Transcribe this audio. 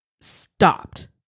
stopped